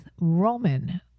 Roman